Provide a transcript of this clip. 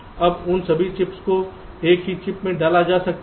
अब उन सभी चिप्स को एक ही चिप में डाला जा सकता है